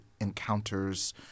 encounters